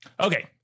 Okay